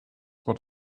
what